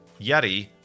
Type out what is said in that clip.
Yeti